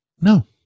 No